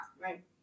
Right